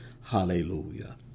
hallelujah